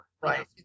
Right